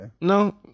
no